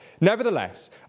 Nevertheless